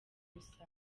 gusa